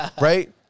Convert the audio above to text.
Right